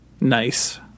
Nice